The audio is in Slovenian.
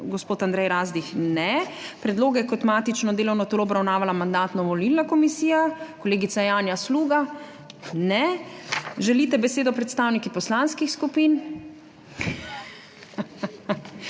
gospod Andrej Razdrih? Ne. Predloge je kot matično delovno telo obravnavala Mandatno-volilna komisija. Kolegica Janja Sluga? Ne. Želite besedo predstavniki poslanskih skupin?